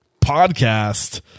podcast